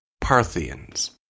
Parthians